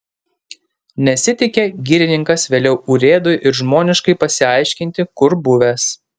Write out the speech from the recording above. nesiteikė girininkas vėliau urėdui ir žmoniškai pasiaiškinti kur buvęs